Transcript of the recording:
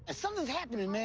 ah something's happening,